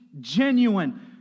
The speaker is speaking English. genuine